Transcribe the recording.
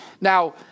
Now